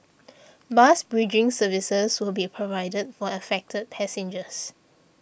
bus bridging services will be provided for affected passengers